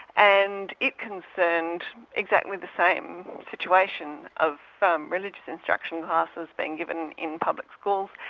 and it concerned exactly the same situation of um religious instruction classes being given in public schools,